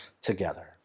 together